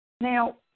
Now